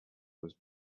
was